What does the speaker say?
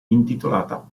intitolata